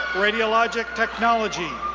radiologic technology.